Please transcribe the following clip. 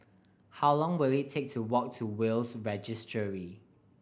how long will it take to walk to Will's Registry